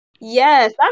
Yes